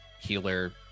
healer